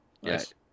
yes